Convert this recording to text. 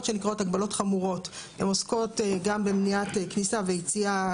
חמורות שעוסקות גם במניעת כניסה ויציאה,